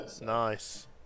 Nice